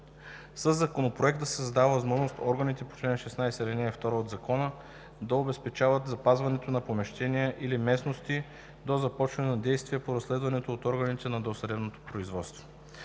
Със Законопроекта се създава възможност органите по чл. 16, ал. 2 от Закона да обезпечават запазването на помещения или местности, до започване на действия по разследването от органите на досъдебното производство,